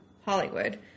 hollywood